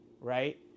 right